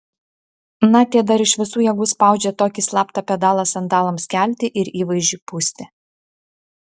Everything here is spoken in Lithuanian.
na tie dar iš visų jėgų spaudžia tokį slaptą pedalą sandalams kelti ir įvaizdžiui pūsti